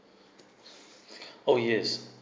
oh yes